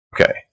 Okay